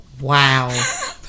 Wow